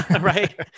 Right